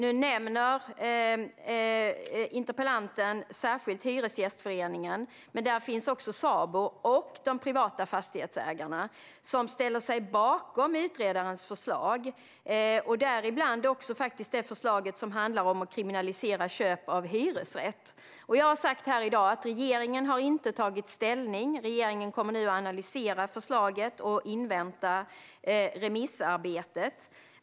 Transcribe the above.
Interpellanten nämner särskilt Hyresgästföreningen. Men även Sabo och privata Fastighetsägarna finns. De ställer sig bakom utredarens förslag, däribland även det förslag som handlar om att kriminalisera köp av hyresrätt. Jag har här i dag sagt att regeringen inte har tagit ställning. Regeringen kommer nu att analysera förslaget och invänta remissarbetet.